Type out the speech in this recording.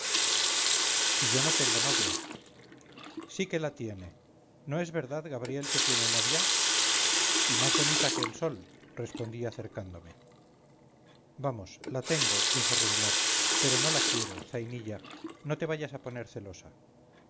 si yo no tengo novia sí que la tiene no es verdad gabriel que tiene novia y más bonita que el sol respondí acercándome vamos la tengo dijo rumblar pero no la quiero zainilla no te vayas a poner celosa